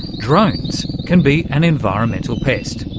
drones can be an environmental pest,